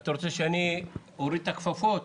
אתה רוצה שאני אוריד את הכפפות?